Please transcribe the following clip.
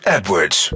Edwards